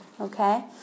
okay